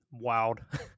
wowed